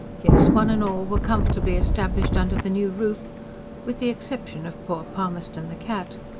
yes, one and all were comfortably established under the new roof with the exception of poor palmerston the cat.